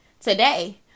today